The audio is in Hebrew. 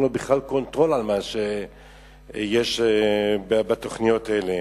אין לו בכלל קונטרול על מה שיש בתוכניות האלה.